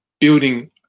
building